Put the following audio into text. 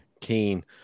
keen